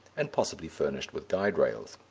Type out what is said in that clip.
and possibly furnished with guide-rails.